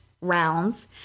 rounds